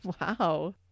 Wow